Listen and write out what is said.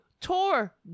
Tour